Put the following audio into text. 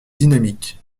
dynamique